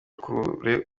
kure